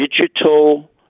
digital